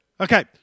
Okay